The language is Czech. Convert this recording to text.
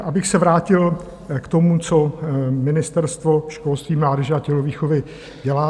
Abych se vrátil k tomu, co Ministerstvo školství, mládeže a tělovýchovy dělá.